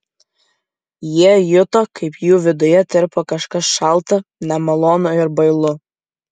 jie juto kaip jų viduje tirpo kažkas šalta nemalonu ir bailu